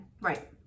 Right